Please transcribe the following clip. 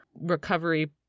recovery